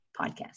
podcast